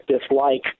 dislike